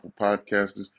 Podcasters